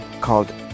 called